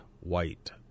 white